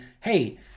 hey